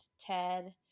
Ted